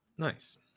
nice